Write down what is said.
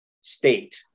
state